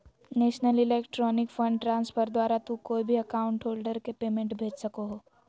national electronic fund transfer द्वारा तू कोय भी अकाउंट होल्डर के पेमेंट भेज सको हो